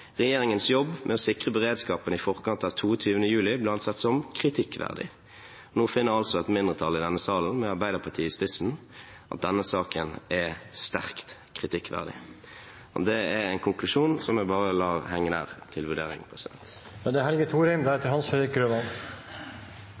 Regjeringens jobb med å sikre beredskapen i forkant av 22. juli ble ansett som kritikkverdig. Nå finner altså et mindretall i denne salen, med Arbeiderpartiet i spissen, at denne saken er sterkt kritikkverdig. Det er en konklusjon som jeg bare lar henge der – til vurdering. Jeg vil først takke for saksordførerens og de øvrige komitémedlemmenes grundige arbeid med denne saken, som er